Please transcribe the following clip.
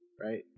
Right